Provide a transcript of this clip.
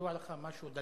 ידוע לך משהו?